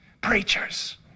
Preachers